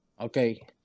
okay